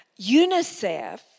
UNICEF